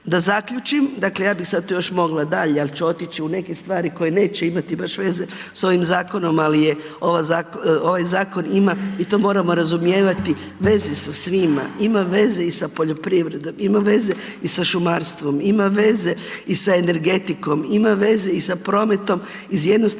Da zaključim, dakle ja bih sad još mogla dalje ali ću otići u neke stvari koje neće imati baš veze s ovim zakonom ali je ovaj zakon ima i to moramo razumijevati, veze sa svima. Ima veze i sa poljoprivredom, ima veze i sa šumarstvom, ima veze i sa energetikom, ima veze i sa prometom iz jednostavnog razloga